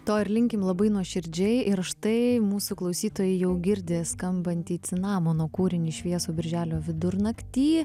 to ir linkim labai nuoširdžiai ir štai mūsų klausytojai jau girdi skambantį cinamono kūrinį šviesų birželio vidurnaktį